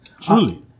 Truly